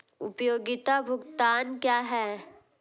उपयोगिता भुगतान क्या हैं?